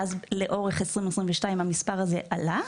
ואז לאורך 2022 המספר הזה עלה,